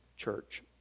church